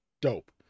Dope